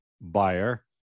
buyer